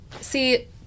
See